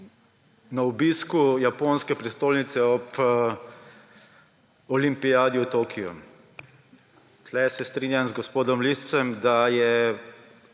na obisku japonske prestolnice ob Olimpijadi v Tokiu. Tukaj se strinjam z gospodom Liscem, da je